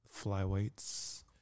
Flyweights